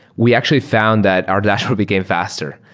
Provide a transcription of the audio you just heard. we actually found that our dashboard became faster,